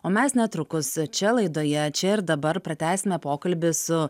o mes netrukus čia laidoje čia ir dabar pratęsime pokalbį su